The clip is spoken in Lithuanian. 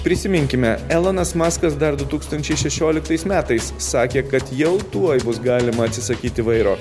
prisiminkime elonas muskas dar du tūkstančiai šešioliktais metais sakė kad jau tuoj bus galima atsisakyti vairo